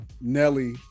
Nelly